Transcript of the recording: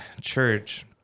church